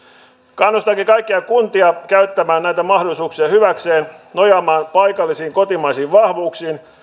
kannustankin kaikkia kuntia käyttämään näitä mahdollisuuksia hyväkseen nojaamaan paikallisiin kotimaisiin vahvuuksiin